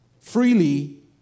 Freely